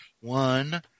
one